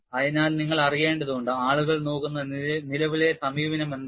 അതിനാൽ നിങ്ങൾ അറിയേണ്ടതുണ്ട് ആളുകൾ നോക്കുന്ന നിലവിലെ സമീപനം എന്താണ്